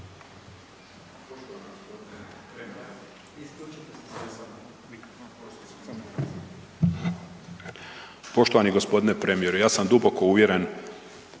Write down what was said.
Poštovani g. premijeru, ja sam duboko uvjeren